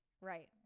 right